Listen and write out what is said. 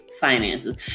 finances